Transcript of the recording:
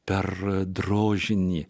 per drožinį